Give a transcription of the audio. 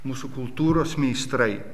mūsų kultūros meistrai